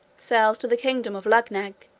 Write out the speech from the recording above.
sails to the kingdom of luggnagg.